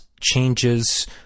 changes